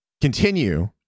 continue